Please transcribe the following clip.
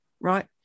Right